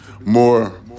more